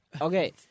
okay